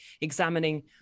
examining